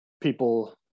people